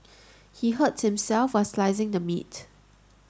he hurt himself while slicing the meat